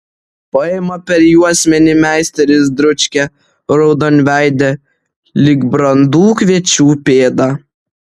paima per juosmenį meisteris dručkę raudonveidę lyg brandų kviečių pėdą